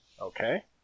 Okay